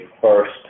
first